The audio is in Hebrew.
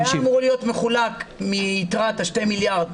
היה אמור להיות מחולק מיתרת שני המיליארד,